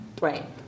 Right